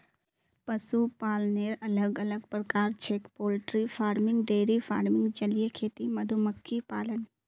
पशुपालनेर अलग अलग प्रकार छेक पोल्ट्री फार्मिंग, डेयरी फार्मिंग, जलीय खेती, मधुमक्खी पालन